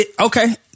Okay